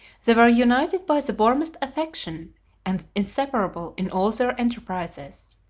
they were united by the warmest affection and inseparable in all their enterprises.